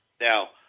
Now